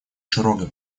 широкой